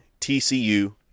TCU